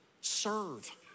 serve